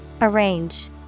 Arrange